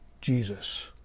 Jesus